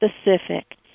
specific